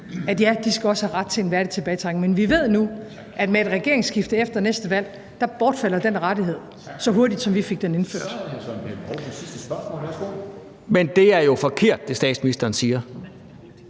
at ja, de skal også have ret til en værdig tilbagetrækning. Men vi ved nu, at med et regeringsskifte efter næste valg bortfalder den rettighed så hurtigt, som vi fik den indført. Kl. 14:11 Formanden (Henrik Dam Kristensen):